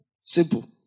Simple